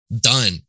done